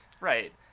Right